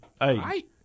Hey